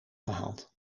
gehaald